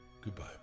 Goodbye